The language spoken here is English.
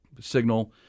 signal